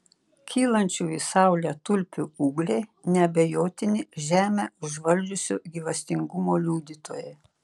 kylančių į saulę tulpių ūgliai neabejotini žemę užvaldžiusio gyvastingumo liudytojai